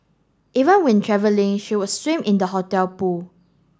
even when travelling she would swim in the hotel pool